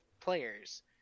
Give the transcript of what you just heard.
players